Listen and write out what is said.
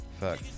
fuck